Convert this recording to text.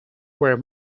were